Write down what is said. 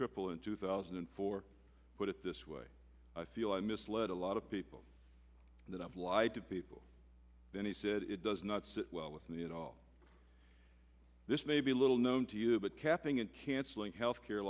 triple in two thousand and four put it this way i feel i misled a lot of people that i've lied to people then he said it does not sit well with me at all this may be a little known to you but capping and cancelling health care